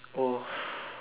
oh